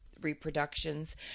reproductions